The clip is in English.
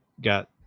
got